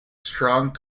strong